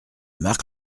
marc